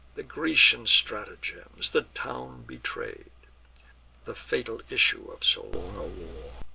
the grecian stratagems, the town betray'd the fatal issue of so long a war,